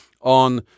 on